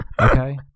Okay